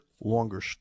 longer